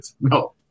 no